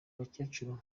bakecuru